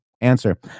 Answer